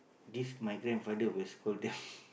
this my grandfather will scold them